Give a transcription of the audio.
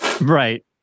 Right